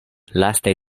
lastaj